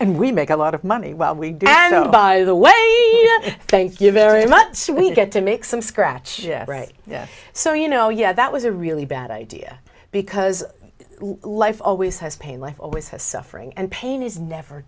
and we make a lot of money while we do and oh by the way thank you very much we get to make some scratch so you know yeah that was a really bad idea because life always has pain life always has suffering and pain is never